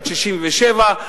עד 67,